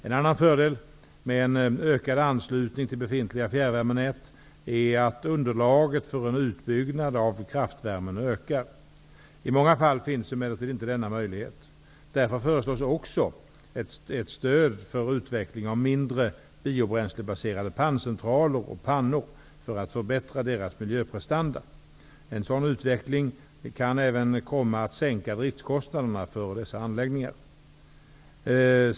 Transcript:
En annan fördel med en ökad anslutning till befintliga fjärrvärmenät är att underlaget för en utbyggnad av kraftvärmen ökar. I många fall finns emellertid inte denna möjlighet. Därför föreslås också ett stöd för utveckling av mindre, biobränslebaserade panncentraler och pannor för att förbättra deras miljöprestanda. En sådan utveckling kan även komma att sänka driftkostnaderna för dessa anläggningar.